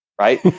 right